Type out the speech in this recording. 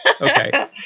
okay